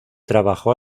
trabajó